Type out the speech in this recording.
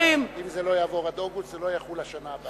אם זה לא יעבור עד אוגוסט, זה לא יחול בשנה הבאה.